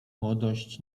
młodość